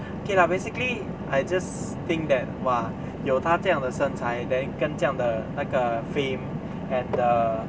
okay lah basically I just think that !wah! 有他这样的身材 then 跟这样的那个 fame and the